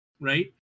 right